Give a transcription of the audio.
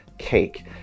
cake